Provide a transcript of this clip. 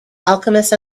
alchemist